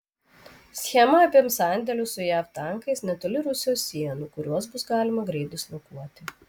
schema apims sandėlius su jav tankais netoli rusijos sienų kuriuos bus galima greit dislokuoti